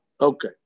Okay